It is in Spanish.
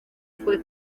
fue